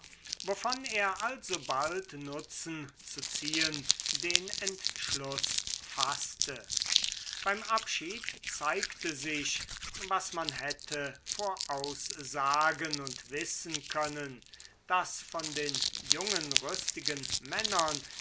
wovon er alsobald nutzen zu ziehen den entschluß faßte beim abschied zeigte sich was man hätte voraussagen und wissen können daß von den jungen rüstigen männern